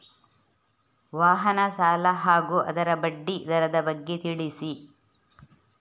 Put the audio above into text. ವಾಹನ ಸಾಲ ಹಾಗೂ ಅದರ ಬಡ್ಡಿ ದರದ ಬಗ್ಗೆ ತಿಳಿಸಿ?